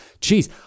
Jeez